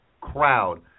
crowd